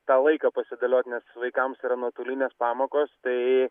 tą laiką pasidėliot nes vaikams yra nuotolinės pamokos tai